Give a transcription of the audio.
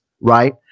right